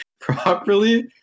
properly